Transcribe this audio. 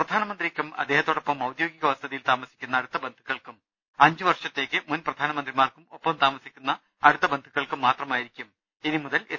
പ്രധാനമന്ത്രിക്കും അദ്ദേഹത്തോടൊപ്പം ഔദ്യോഗിക വസതിയിൽ താമസിക്കുന്ന അടുത്ത ബന്ധുക്കൾക്കും അഞ്ചു വർഷത്തേക്ക് മുൻ പ്രധാനമന്ത്രിമാർക്കും ഒപ്പം താമസിക്കുന്ന അടുത്ത ബന്ധുക്കൾക്കും മാത്രമായിരിക്കും ഇനി മുതൽ എസ്